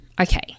Okay